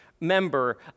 member